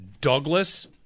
Douglas